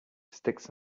sticks